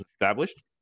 established